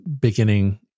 beginning